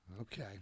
Okay